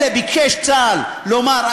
לאלה ביקש צה"ל לומר,